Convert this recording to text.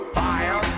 fire